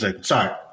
Sorry